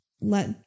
let